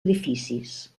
edificis